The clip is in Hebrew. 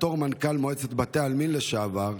בתור מנכ"ל מועצת בתי העלמין לשעבר,